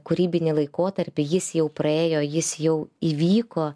kūrybinį laikotarpį jis jau praėjo jis jau įvyko